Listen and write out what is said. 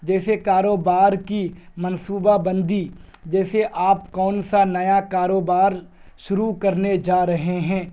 جیسے کاروبار کی منصوبہ بندی جیسے آپ کون سا نیا کاروبار شروع کرنے جا رہے ہیں